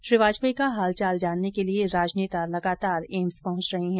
श्री वाजपेयी का हालचाल जानने के लिए राजनेता लगातार एम्स पहंच रहे हैं